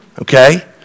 Okay